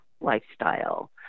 lifestyle